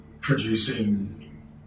producing